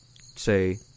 say